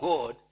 God